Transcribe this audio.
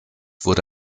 wurde